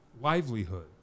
livelihood